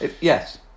Yes